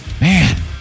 man